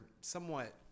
somewhat